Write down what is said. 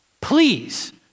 Please